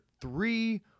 three